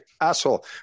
asshole